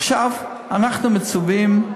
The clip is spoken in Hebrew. עכשיו, אנחנו מצווים: